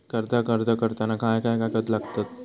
कर्जाक अर्ज करताना काय काय कागद लागतत?